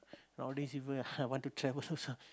nowadays people I want to travel